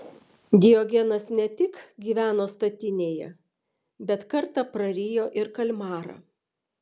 diogenas ne tik gyveno statinėje bet kartą prarijo ir kalmarą